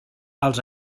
els